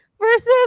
versus